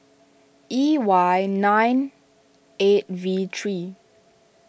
E Y nine eight V three